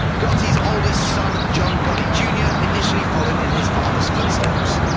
gotti's oldest son, john gotti jr, initially followed in his father's footsteps.